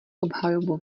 obhajobu